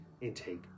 intake